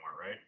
right